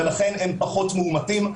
ולכן הם פחות מאומתים.